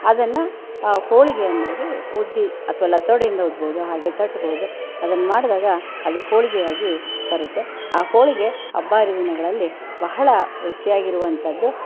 ಅದನ್ನು ಹೋಳಿಗೆಯನ್ನಾಗಿ ಉದ್ದಿ ಅಥ್ವಾ ಲತೋಡಿಯಿಂದ ಉದ್ದಬೋದು ಅಥವಾ ತಟ್ಟಬೋದು ಅದನ್ನು ಮಾಡಿದಾಗ ಅದು ಹೋಳಿಗೆ ಆಗಿ ಬರುತ್ತೆ ಆ ಹೋಳಿಗೆ ಹಬ್ಬ ಹರಿದಿನಗಳಲ್ಲಿ ಬಹಳ ರುಚಿಯಾಗಿರುವಂಥದ್ದು